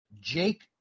Jake